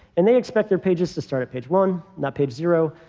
and they expect their pages to start at page one, not page zero.